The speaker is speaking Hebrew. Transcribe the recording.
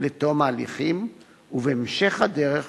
לתום ההליכים, ובהמשך הדרך,